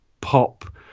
pop